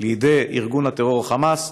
לידי ארגון הטרור חמאס,